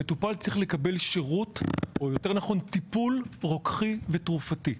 המטופל צריך לקבל שירות או יותר נכון טיפול רוקחי ותרופתי.